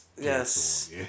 Yes